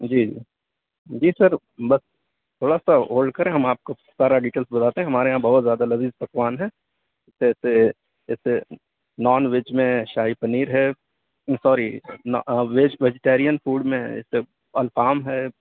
جی جی سر بس تھوڑا سا ہولڈ کریں ہم آپ کو سارا ڈٹیلس بتاتے ہیں ہمارے یہاں بہت زیادہ لذیذ پکوان ہیں جیسے جیسے نان ویج میں شاہی پنیر ہے سوری ویج ویجیٹیرین فوڈ میں سر الفام ہے